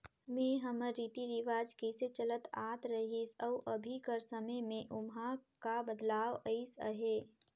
में हमर रीति रिवाज कइसे चलत आत रहिस अउ अभीं कर समे में ओम्हां का बदलाव अइस अहे